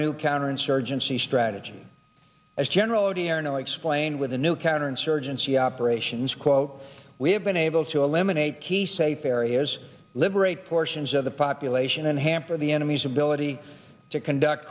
new counterinsurgency strategy as general odierno explained with the new counterinsurgency operations quote we have been able to eliminate key safe areas liberate portions of the population and hamper the enemy's ability to conduct